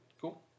cool